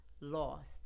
lost